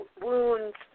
wounds